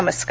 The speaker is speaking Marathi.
नमस्कार